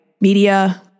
media